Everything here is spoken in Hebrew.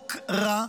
חוק רע.